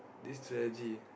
this strategy